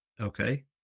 Okay